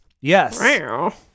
Yes